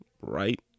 right